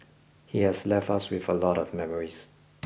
he has left us with a lot of memories